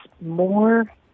more